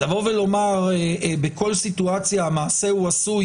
לבוא ולומר בכל סיטואציה המעשה הוא עשוי